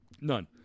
None